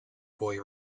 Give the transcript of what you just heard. boy